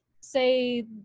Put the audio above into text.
say